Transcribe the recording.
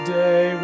day